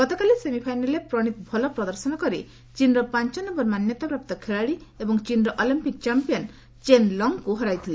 ଗତକାଲି ସେମିଫାଇନାଲ୍ରେ ପ୍ରଶୀତ୍ ଭଲ ପ୍ରଦର୍ଶନ କରି ଚୀନ୍ର ପାଞ୍ଚ ନୟର ମାନ୍ୟତାପ୍ରାପ୍ତ ଖେଳାଳୀ ଏବଂ ଚୀନ୍ର ଅଲମ୍ପିକ୍ ଚାମ୍ପିୟନ୍ ଚେନ୍ ଲଙ୍ଗ୍ଙ୍କୁ ହରାଇଥିଲେ